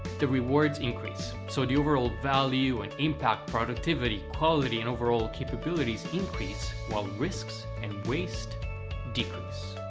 the rewards increase. so the overall value, and impact, productivity, quality, and overall capabilities increase while risks and waste decrease.